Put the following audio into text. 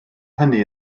hynny